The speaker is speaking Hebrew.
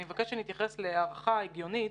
אני מבקשת שנתייחס להערכה הגיונית.